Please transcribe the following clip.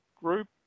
group